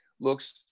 looks